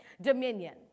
dominion